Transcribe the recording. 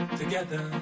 together